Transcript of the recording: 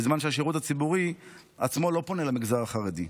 בזמן שהשירות הציבורי עצמו לא פונה למגזר החרדי.